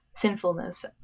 sinfulness